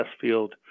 field